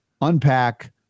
unpack